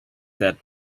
that